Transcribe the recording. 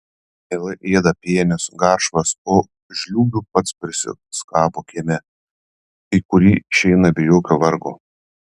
mielai ėda pienes garšvas o žliūgių pats prisiskabo kieme į kurį išeina be jokio vargo